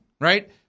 Right